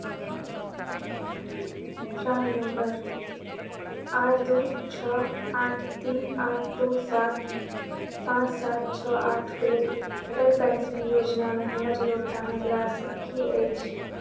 प्राण number आठ दू छओ आठ तीन आठ दू सात पाँच सात छओ आठ के लेल अटल पेंशन योजनामे हमर योगदानक राशि की अछि